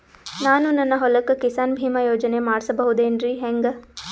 ನಾನು ನನ್ನ ಹೊಲಕ್ಕ ಕಿಸಾನ್ ಬೀಮಾ ಯೋಜನೆ ಮಾಡಸ ಬಹುದೇನರಿ ಹೆಂಗ?